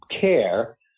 care